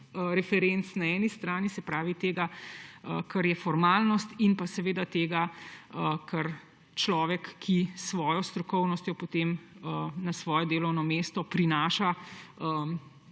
referenc na eni strani, se pravi tega, kar je formalnost, in tega, kar človek s svojo strokovnostjo potem na svoje delovno mesto prinaša,